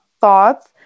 thoughts